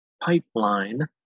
Pipeline